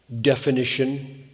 definition